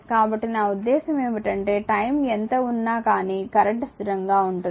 కాబట్టి నా ఉద్దేశ్యం ఏమిటంటే టైమ్ ఎంత ఉన్నా కానీ కరెంట్ స్థిరంగా ఉంటుంది